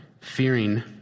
fearing